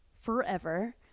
forever